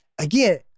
again